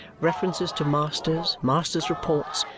references to masters, masters' reports,